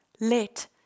let